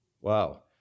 wow